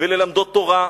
ללמדו תורה,